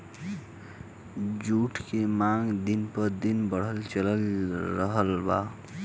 जुट के मांग दिन प दिन बढ़ल चलल जा रहल बा